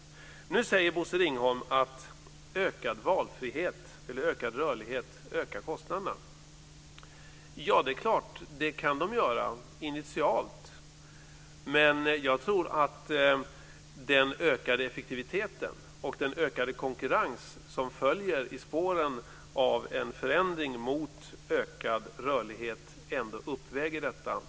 Nu säger Bosse Ringholm att ökad rörlighet ökar kostnaderna. Ja, det är klart att det kan vara så initialt, men jag tror att den ökade effektiviteten och den ökade konkurrens som följer i spåren av en förändring mot ökad rörlighet ändå mer än väl uppväger detta.